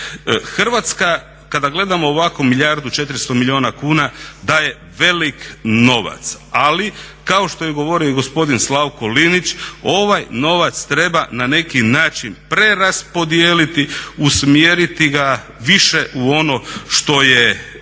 Hrvatska kada gledamo ovako milijardu i 400 milijuna kuna daje velik novac, ali kao što je govorio i gospodin Slavko Linić, ovaj novac treba na neki način preraspodijeliti, usmjeriti ga više u ono što je vitalno